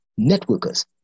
networkers